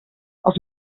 els